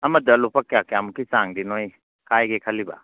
ꯑꯃꯗ ꯂꯨꯄꯥ ꯀꯌꯥ ꯀꯌꯥꯃꯨꯛꯀꯤ ꯆꯥꯡꯗꯤ ꯅꯈꯣꯏ ꯈꯥꯏꯒꯦ ꯈꯜꯂꯤꯕ